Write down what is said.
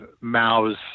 Mao's